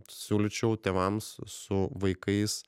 siūlyčiau tėvams su vaikais